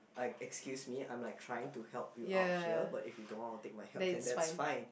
I excuse me I'm like trying to help you out here but you don't want to take my help then that's fine